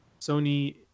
Sony